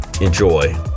Enjoy